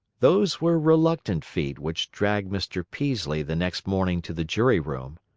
those were reluctant feet which dragged mr. peaslee the next morning to the jury-room.